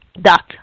dot